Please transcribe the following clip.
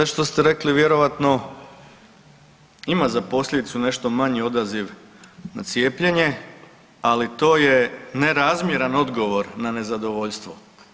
Sve što ste rekli vjerovatno ima za posljedicu nešto manji odaziv na cijepljenje, ali to je nerazmjern odgovor na nezadovoljstvo.